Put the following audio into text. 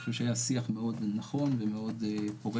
אני חושב שהיה שיח מאוד נכון ומאוד פורה